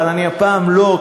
אבל אני הפעם לא,